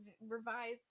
revise